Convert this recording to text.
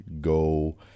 go